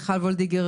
מיכל וולדיגר,